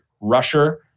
rusher